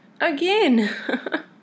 again